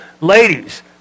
ladies